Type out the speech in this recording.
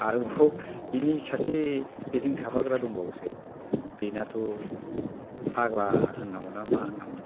आरोबाव बिनि सासे बेजों थाफाग्रा दंबावयोसो बेनाथ' फाग्ला होन्नांगौ ना मा होन्नांगौ